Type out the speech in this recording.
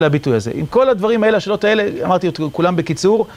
לביטוי הזה. עם כל הדברים האלה, השאלות האלה, אמרתי את כולם בקיצור.